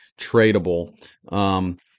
tradable